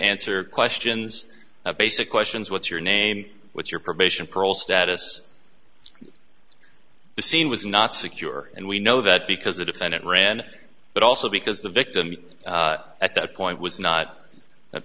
answer questions of basic questions what's your name what's your probation parole status the scene was not secure and we know that because the defendant ran but also because the victim at that point was not that